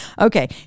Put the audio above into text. Okay